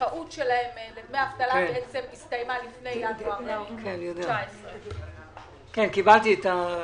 שהזכאות שלהם לדמי אבטלה הסתיימה לפני ינואר 2019. קיבלתי את ההצעה.